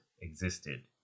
existed